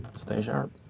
stay sharp.